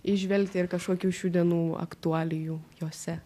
įžvelgti ir kažkokių šių dienų aktualijų jose